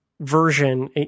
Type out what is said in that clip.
version